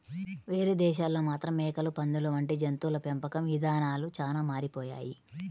వేరే దేశాల్లో మాత్రం మేకలు, పందులు వంటి జంతువుల పెంపకం ఇదానాలు చానా మారిపోయాయి